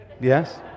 Yes